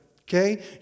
okay